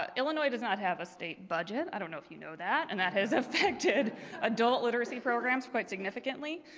ah illinois does not have a state budget, i don't know if you know that, and that has affected adult literacy programs quite significantly.